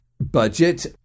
Budget